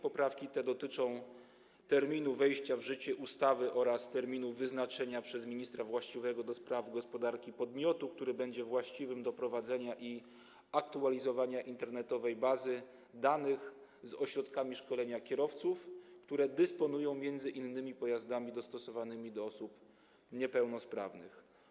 Poprawki te dotyczą terminu wejścia w życie ustawy oraz terminu wyznaczenia przez ministra właściwego do spraw gospodarki podmiotu, który będzie podmiotem właściwym do prowadzenia i aktualizowania internetowej bazy danych o ośrodkach szkolenia kierowców, które dysponują m.in. pojazdami dostosowanymi do potrzeb osób niepełnosprawnych.